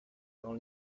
quand